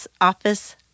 office